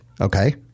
Okay